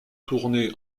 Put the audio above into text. tournée